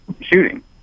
shooting